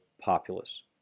populace